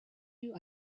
you